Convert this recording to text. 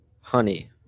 honey